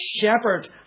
shepherd